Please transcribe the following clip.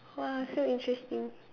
!wah! so interesting